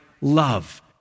love